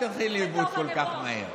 אל תלכי לאיבוד כל כך מהר.